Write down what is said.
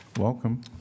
Welcome